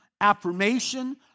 affirmation